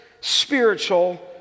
spiritual